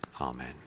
Amen